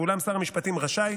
אולם שר המשפטים רשאי,